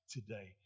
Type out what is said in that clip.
Today